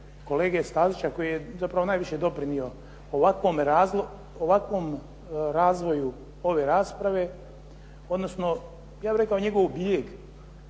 kolege Stazića koji je zapravo najviše doprinio ovakvom razvoju ove rasprave odnosno ja bih rekao njegov bijeg